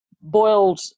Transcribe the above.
boiled